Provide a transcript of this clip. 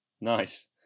Nice